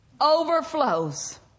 overflows